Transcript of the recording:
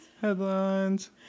Headlines